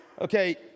Okay